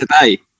today